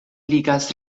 ligas